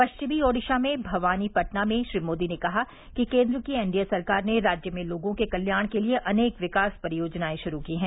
पश्चिमी ओडिशा में भवानीपटना में श्री मोदी ने कहा कि केन्द्र की एन डी ए सरकार ने राज्य में लोगों के कल्याण के लिए अनेक विकास परियोजनाएं शुरू की हैं